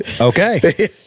Okay